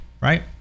Right